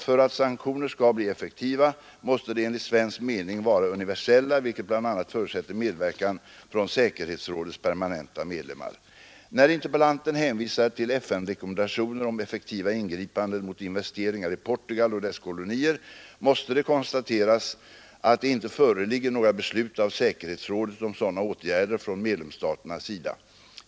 För att sanktioner skall bli effektiva, måste de enligt svensk mening vara universella, vilket bl.a. förutsätter medverkan från säkerhetsrådets När interpellanten hänvisar till FN-rekommendationer om effektiva ingripanden mot investeringar i Portugal och dess kolonier, måste det konstateras att det inte föreligger några beslut av säkerhetsrådet om sådana åtgärder från medlemsstaternas sida.